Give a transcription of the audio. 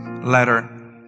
letter